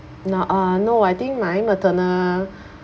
no uh no I think my maternal